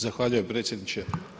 Zahvaljujem predsjedniče.